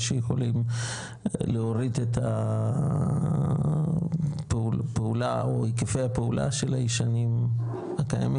שיכולים להוריד את הפעולה או היקפי הפעולה של הישנים הקיימים,